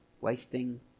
wasting